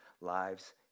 lives